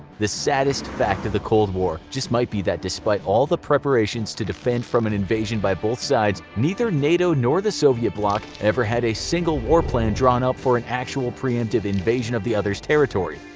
the saddest fact of the cold war just might be that despite all the preparations to defend from an invasion by both sides, neither nato nor the soviet bloc ever had a single war plan drawn up for an actual preemptive invasion of the other's territory.